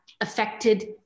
affected